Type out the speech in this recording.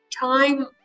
time